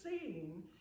seeing